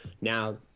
now